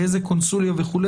באיזה קונסוליה וכו',